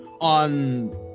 on